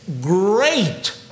great